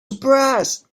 surprised